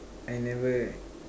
I never